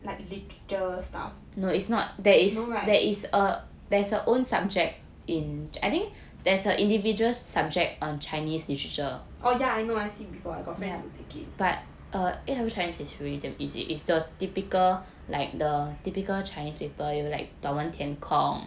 like literature stuff no right oh ya I know I see before I got friends who take it